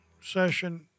session